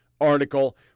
article